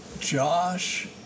Josh